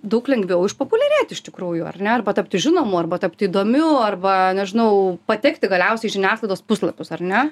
daug lengviau išpopuliarėti iš tikrųjų ar ne arba tapti žinomu arba tapti įdomiu arba nežinau patekti galiausiai į žiniasklaidos puslapius ar ne